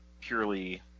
purely